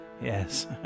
Yes